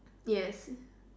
yes